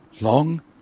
Long